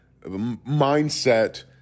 mindset